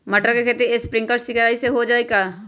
मटर के खेती स्प्रिंकलर सिंचाई से हो जाई का?